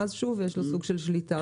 ואז שוב יש לו סוג של שליטה.